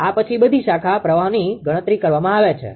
આ પછી બધી શાખા પ્રવાહોની ગણતરી કરવામાં આવે છે